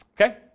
Okay